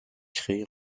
créées